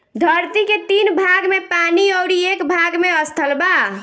धरती के तीन भाग में पानी अउरी एक भाग में स्थल बा